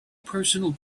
personal